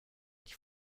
die